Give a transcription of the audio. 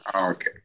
Okay